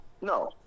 No